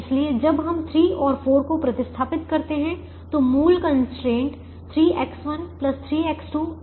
इसलिए जब हम 3 और 4 को प्रतिस्थापित करते हैं तो मूल कंस्ट्रेंट 3X1 3X2 ≤ 21 था